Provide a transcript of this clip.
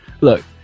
Look